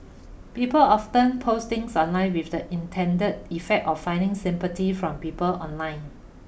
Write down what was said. people often post things online with the intended effect of finding sympathy from people online